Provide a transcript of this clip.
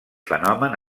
fenomen